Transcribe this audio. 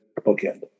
bookend